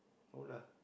no lah